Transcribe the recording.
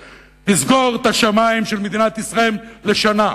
לסגור את השמים של מדינת ישראל לשנה,